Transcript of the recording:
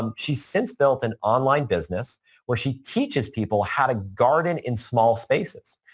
um she's since built an online business where she teaches people how to garden in small spaces.